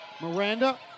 Miranda